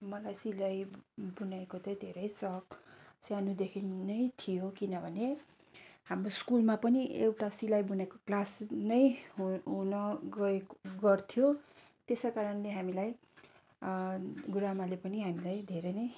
मलाई सिलाई बुनाईको चाहिँ धेरै सोख सानोदेखि नै थियो किनभने हाम्रो स्कुलमा पनि एउटा सिलाई बुनाईको क्लास नै हुन गएको गर्थ्यो त्यसै कारणले हामीलाई गुरूआमाले पनि हामीलाई धेरै नै